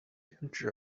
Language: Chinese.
编制